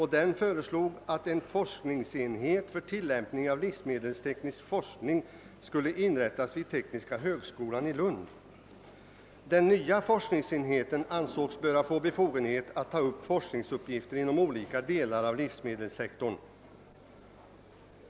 Han föreslog att en forskningsenhet för tillämpning av livsmedelsteknisk forskning skulle inrättas vid tekniska högskolan i Lund. Den nya forskningsenheten ansågs böra få befogenhet att ta upp forskningsuppgifter inom olika delar av livsmedelssektorn.